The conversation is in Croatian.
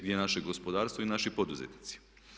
Gdje je naše gospodarstvo i naši poduzetnici?